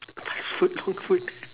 fast food long food